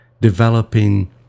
developing